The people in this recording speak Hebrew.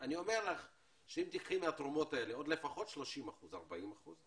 אם תיקחי מהתרומות האלה עוד לפחות 40-30 אחוז,